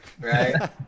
right